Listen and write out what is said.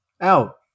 out